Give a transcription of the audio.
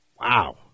Wow